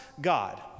God